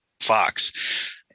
fox